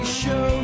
show